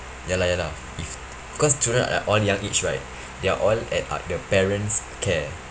ya lah ya lah if cause children are all young age right their all at uh the parents care